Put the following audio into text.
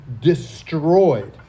destroyed